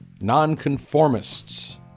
nonconformists